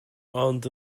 ond